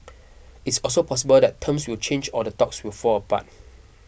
it's also possible that terms will change or the talks will fall apart